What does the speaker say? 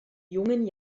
jungen